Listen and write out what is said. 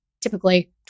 typically